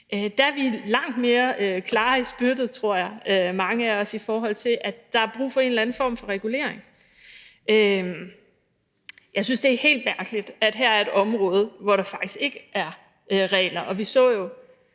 af os er langt mere klare i mælet dér, i forhold til at der er brug for en eller anden form for regulering. Jeg synes, det er virkelig mærkeligt, at der så her er et område, hvor der faktisk ikke er regler. Vi så jo,